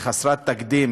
וחסרת תקדים